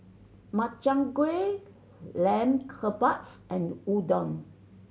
Makchang Gui Lamb Kebabs and Udon